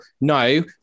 no